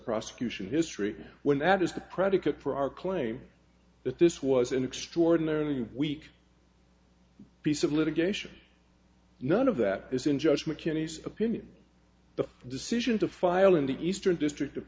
prosecution history when that is the predicate for our claim that this was an extraordinarily weak piece of litigation none of that is in judge mckinney's opinion the decision to file in the eastern district of